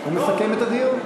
הוא מסכם את הדיון.